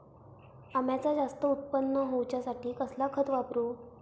अम्याचा जास्त उत्पन्न होवचासाठी कसला खत वापरू?